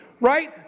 right